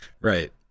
Right